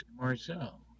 Marcel